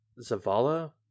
Zavala